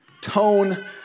tone